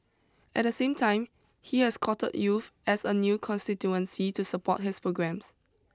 At the same time he has courted youth as a new constituency to support his programmes